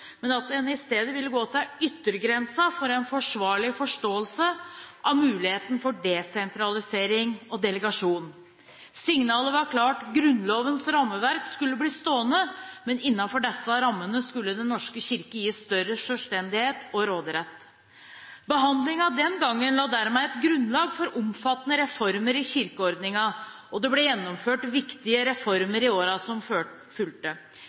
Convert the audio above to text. men at en i stedet ville gå til «yttergrensene» for en forsvarlig forståelse av muligheten for desentralisering og delegasjon». Signalet var klart: Grunnlovens rammeverk skulle bli stående, men innenfor disse rammene skulle Den norske kirke gis større selvstendighet og råderett. Behandlingen den gangen la dermed et grunnlag for omfattende reformer i kirkeordningen, og det ble gjennomført viktige reformer i årene som fulgte: